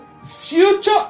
future